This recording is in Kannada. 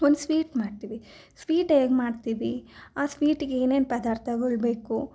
ಒಂದು ಸ್ವೀಟ್ ಮಾಡ್ತೀವಿ ಸ್ವೀಟ್ ಹೇಗ್ಮಾಡ್ತೀವಿ ಆ ಸ್ವೀಟಿಗೆ ಏನೇನು ಪದಾರ್ಥಗಳು ಬೇಕು